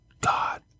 God